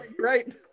right